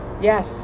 Yes